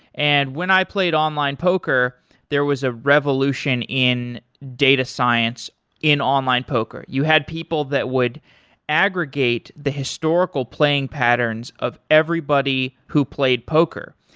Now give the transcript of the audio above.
and when i played online poker there was a revolution in data science in online poker. you had people that would aggregate the historical playing patterns of everybody who played poker,